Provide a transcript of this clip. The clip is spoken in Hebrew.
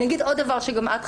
אני אגיד עוד דבר שגם את,